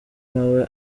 nawe